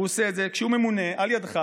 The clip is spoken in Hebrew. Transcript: הוא עושה את זה כשהוא ממונה על ידך,